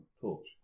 Torch